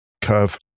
curve